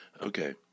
Okay